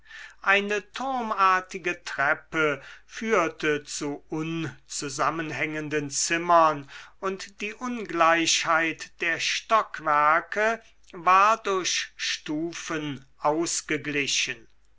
eine turmartige treppe führte zu unzusammenhängenden zimmern und die ungleichheit der stockwerke war durch stufen ausgeglichen